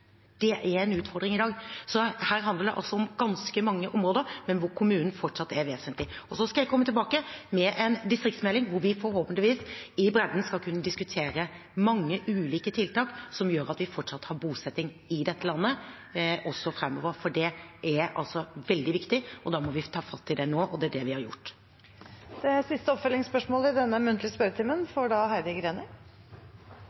Det er en utfordring i dag. Så her handler det om ganske mange områder, men hvor kommunen fortsatt er vesentlig. Så skal jeg komme tilbake med en distriktsmelding hvor vi forhåpentligvis i bredden skal kunne diskutere mange ulike tiltak som gjør at vi fortsatt har bosetting i dette landet også framover, for det er veldig viktig. Da må vi ta fatt i det nå, og det er det vi har gjort. Heidi Greni – til oppfølgingsspørsmål. Dette er langt fra svart-hvitt. I